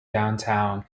downtown